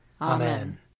Amen